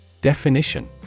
Definition